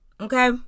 Okay